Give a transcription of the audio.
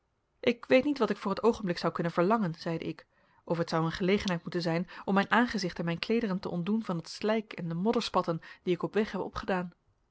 ik weet niet wat ik voor het oogenblik zou kunnen verlangen zeide ik of het zou een gelegenheid moeten zijn om mijn aangezicht en mijn kleederen te ontdoen van het slijk en de modderspatten die ik op weg heb opgedaan